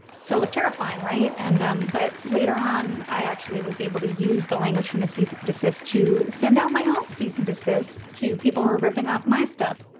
so, it was terrifying, right? and um but later on, i actually was able to use the language from the cease desist to send out my own cease and desist to people who were ripping off my stuff